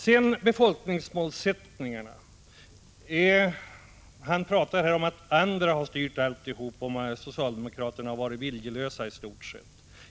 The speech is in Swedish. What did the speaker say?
Beträffande befolkningsmålsättningarna säger Lars Ulander att alla andra har styrt alltsammans och att socialdemokraterna har varit viljelösa i stort sett.